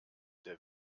der